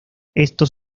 estos